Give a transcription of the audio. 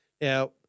Now